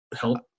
help